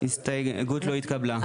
0 ההסתייגות לא התקבלה.